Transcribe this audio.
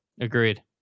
Agreed